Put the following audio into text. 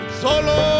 solo